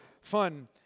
fun